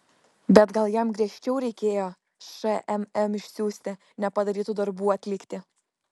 bet gal jam griežčiau reikėjo šmm išsiųsti nepadarytų darbų atlikti